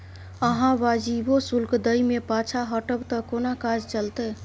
अहाँ वाजिबो शुल्क दै मे पाँछा हटब त कोना काज चलतै